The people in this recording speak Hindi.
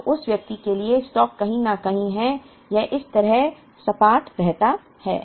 तो उस व्यक्ति के लिए स्टॉक कहीं न कहीं है यह इस तरह सपाट रहता है